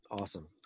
Awesome